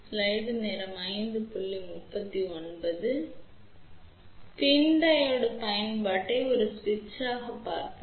எனவே இப்போது PIN diode பயன்பாட்டை ஒரு சுவிட்சாகப் பார்ப்போம்